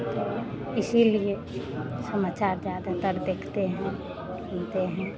तो इसीलिए समाचार ज़्यादातर देखते हैं सुनते हैं